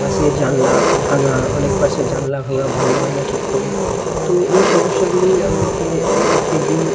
বাসের জানলা ভাঙা অনেক বাসের জানলা ভাঙা বন্ধ হয় না ঠিক করে তো এই সমস্যাগুলি আমাদেরকে প্রত্যেকদিন